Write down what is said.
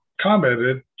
commented